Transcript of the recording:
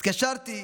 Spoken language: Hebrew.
התקשרתי,